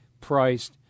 priced